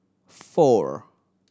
four